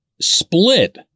split